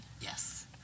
Yes